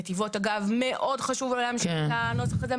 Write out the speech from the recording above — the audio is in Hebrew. נתיבות אגב מאוד חשוב להם הנוסח הזה.